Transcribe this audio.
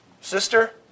Sister